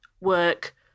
work